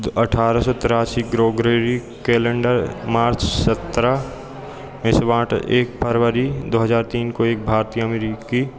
अठारह सौ तिरासी ग्रोगेरिक कैलेंडर मार्च सत्रह इस्वात एक फरवरी दो हज़ार तीन को एक भारतीय अमेरिकी